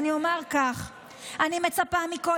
צביקה פוגל, אתה אמרת שלגליזציה תוכל לפגוע